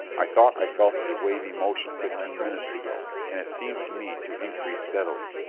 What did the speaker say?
i thought i felt a wavy motion fifteen minutes ago, and it seemed to me to increase steadily.